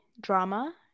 Drama